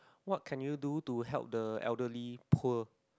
what can you do to help the elderly poor